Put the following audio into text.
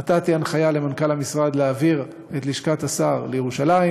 נתתי הנחיה למנכ"ל המשרד להעביר את לשכת השר לירושלים.